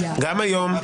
גם היום,